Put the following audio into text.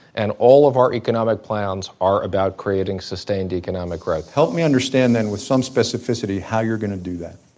and all of our economic plans are about creating sustained economic growth. help me understand then with some specificity how you're going to do that.